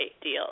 Deal